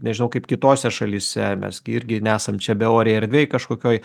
nežinau kaip kitose šalyse mes gi irgi nesam čia beorėj erdvėj kažkokioj